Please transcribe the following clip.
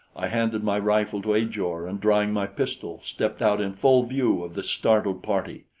i handed my rifle to ajor, and drawing my pistol, stepped out in full view of the startled party.